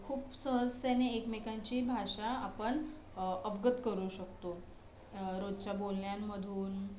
खूप सहजतेने एकमेकांची भाषा आपण अवगत करू शकतो रोजच्या बोलण्यांमधून